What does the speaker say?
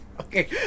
Okay